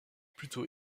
plutôt